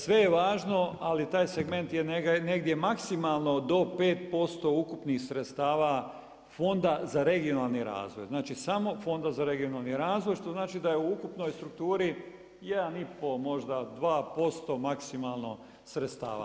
Sve je važno ali taj segment je negdje maksimalno do 5% ukupnih sredstava Fonda za regionalni razvoj, znači samo Fonda za regionalni razvoj što znači da je u ukupnoj strukturi 1,5 možda 2% maksimalno sredstava.